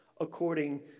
according